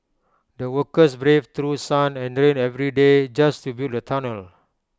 the workers braved through sun and rain every day just to build the tunnel